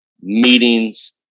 meetings